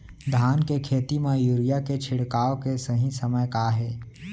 धान के खेती मा यूरिया के छिड़काओ के सही समय का हे?